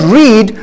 read